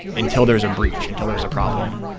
until there's a breach, until there's problem.